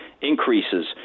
increases